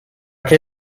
che